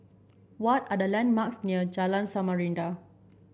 what are the landmarks near Jalan Samarinda